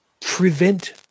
prevent